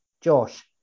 Josh